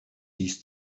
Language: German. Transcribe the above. ist